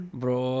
bro